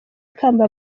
ikamba